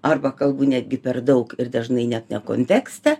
arba kalbų netgi per daug ir dažnai ne kontekste